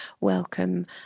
welcome